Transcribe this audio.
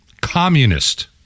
communist